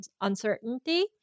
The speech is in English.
uncertainty